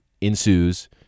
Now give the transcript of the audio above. ensues